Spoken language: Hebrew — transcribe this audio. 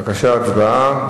בבקשה, הצבעה.